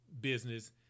business